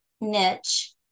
niche